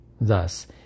Thus